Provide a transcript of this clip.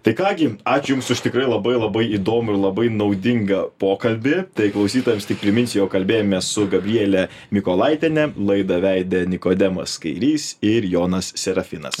tai ką gi ačiū jums už tikrai labai labai įdomų ir labai naudingą pokalbį tai klausytojams tik priminsiu jog kalbėjomės su gabriele mikolaitiene laidą veidė nikodemas kairys ir jonas serafinas